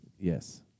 Yes